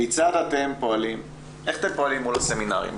איך אתם פועלים מול הסמינרים?